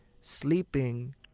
sleeping